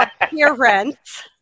Appearance